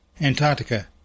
Antarctica